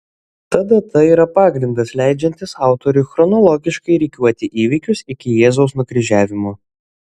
ta data yra pagrindas leidžiantis autoriui chronologiškai rikiuoti įvykius iki jėzaus nukryžiavimo